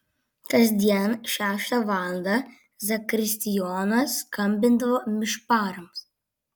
kasdien šeštą valandą zakristijonas skambindavo mišparams